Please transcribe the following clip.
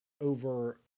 over